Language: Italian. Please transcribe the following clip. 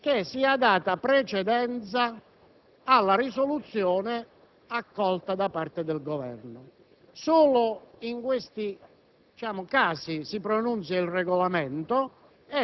che sia data precedenza alla risoluzione accolta dal Governo. Solo in questi casi si pronuncia il Regolamento